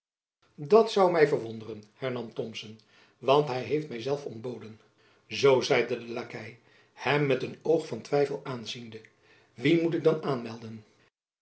dat zoû my verwonderen hernam thomson want hy heeft my zelf ontboden zoo zeide de lakei hem met een oog van twijfel aanziende wien moet ik dan aanmelden